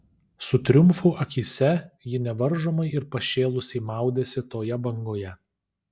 su triumfu akyse ji nevaržomai ir pašėlusiai maudėsi toje bangoje